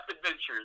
adventures